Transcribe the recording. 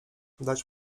dać